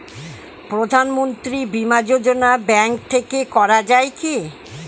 প্রধানমন্ত্রী বিমা যোজনা ব্যাংক থেকে করা যায় কি?